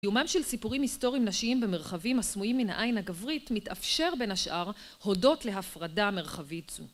דיומם של סיפורים היסטוריים נשיים במרחבים הסמויים מן העין הגברית מתאפשר בין השאר הודות להפרדה מרחבית זו.